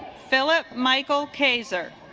philip michael kaiser